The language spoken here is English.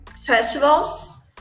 festivals